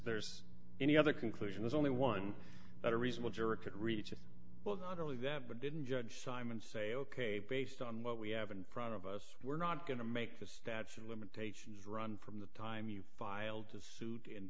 there's any other conclusion is only one that a reasonable jury could reach well not only that but didn't judge simon say ok based on what we have in front of us we're not going to make the statute of limitations run from the time you filed the suit in